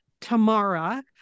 Tamara